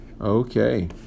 okay